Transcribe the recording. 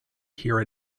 hear